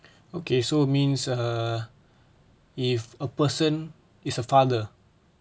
okay so means err if a person is a father